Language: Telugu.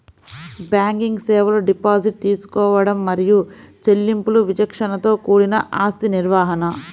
బ్యాంకింగ్ సేవలు డిపాజిట్ తీసుకోవడం మరియు చెల్లింపులు విచక్షణతో కూడిన ఆస్తి నిర్వహణ,